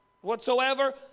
whatsoever